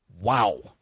Wow